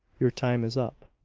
your time is up,